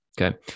Okay